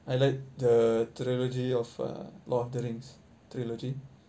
I like the trilogy of uh lord of the rings trilogy